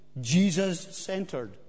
Jesus-centered